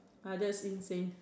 ah that's insane